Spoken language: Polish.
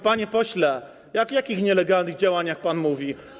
Panie pośle, o jakich nielegalnych działaniach pan mówi?